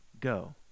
go